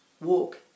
walk